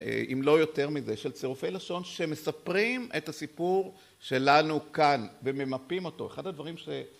אם לא יותר מזה של צירופי לשון שמספרים את הסיפור שלנו כאן וממפים אותו. אחד הדברים ש...